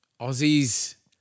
Aussies